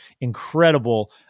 incredible